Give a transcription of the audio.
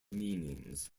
meanings